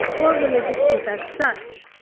or religious group as such.